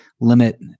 limit